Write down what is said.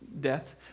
death